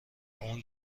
اون